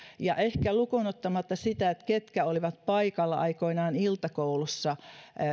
ehkä lukuun ottamatta sitä ketkä olivat paikalla aikoinaan iltakoulussa